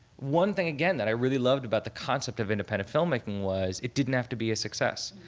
one thing again that i really loved about the concept of independent filmmaking was it didn't have to be a success.